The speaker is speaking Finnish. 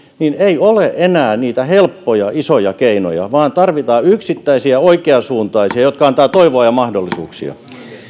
ei ole enää niitä helppoja isoja keinoja vaan tarvitaan yksittäisiä oikeansuuntaisia jotka antavat toivoa ja mahdollisuuksia